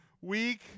Week